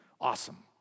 Awesome